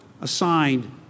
assigned